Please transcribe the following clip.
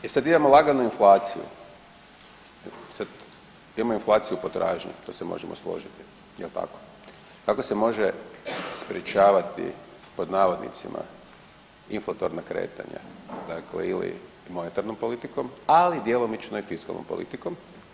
I sad imamo laganu inflaciju, sad imamo inflaciju potražnje, tu se možemo složiti jel tako, kako se može sprječavati pod navodnicima inflatorna kretanja, dakle ili monetarnom politikom ali djelomično i fiskalnom politikom.